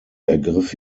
ergriff